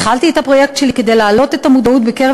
התחלתי את הפרויקט שלי כדי להעלות את המודעות בקרב